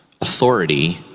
authority